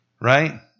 Right